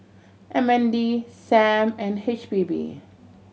M N D Sam and H P B